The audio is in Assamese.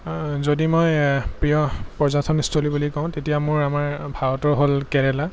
যদি মই প্ৰিয় পৰ্যটনস্থলী বুলি কওঁ তেতিয়া মোৰ আমাৰ ভাৰতৰ হ'ল কেৰেলা